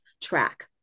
track